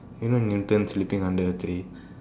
you know Newton sleeping under a tree